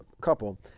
couple